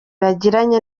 yagiranye